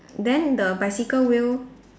then the bicycle wheel